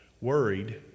worried